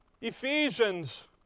Ephesians